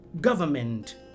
government